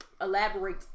elaborate